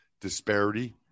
disparity